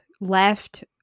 left